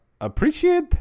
appreciate